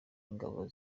ingabo